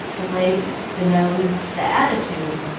the legs, the nose, the attitude,